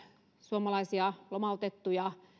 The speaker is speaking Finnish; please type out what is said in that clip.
suomalaisia lomautettuja